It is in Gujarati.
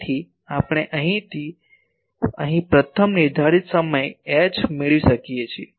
તેથી આપણે અહીંથી અહીં પ્રથમ નિર્ધારિત સમીકરણ H મેળવી શકીએ છીએ